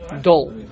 dull